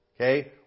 okay